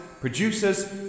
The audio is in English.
producers